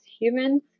humans